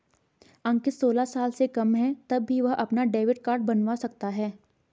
अंकित सोलह साल से कम है तब भी वह अपना डेबिट कार्ड बनवा सकता है